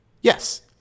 Yes